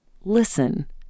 Listen